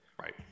Right